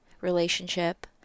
relationship